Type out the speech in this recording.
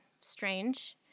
strange